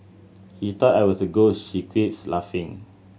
he thought I was a ghost she quips laughing